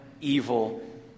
evil